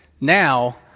Now